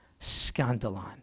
Scandalon